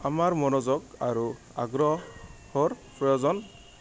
আমাৰ মনোযোগ আৰু আগ্ৰহৰ প্ৰয়োজন